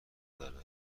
داره